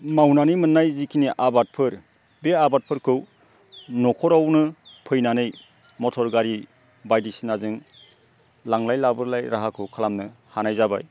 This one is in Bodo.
मावनानै मोननाय जिखिनि आबादफोर बे आबादफोरखौ न'खरावनो फैनानै मथर गारि बायदिसिनाजों लांलाय लाबोलाय राहाखौ खालामनो हानाय जाबाय